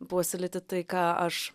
puoselėti tai ką aš